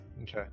Okay